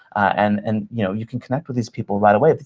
and and you know you can connect with these people right way.